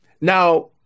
Now